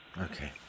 Okay